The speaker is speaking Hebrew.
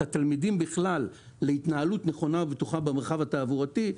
התלמידים בכלל להתנהלות נכונה ובטוחה במרחב התעבורתי,